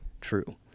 true